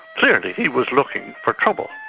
clearly he was looking for trouble,